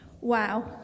Wow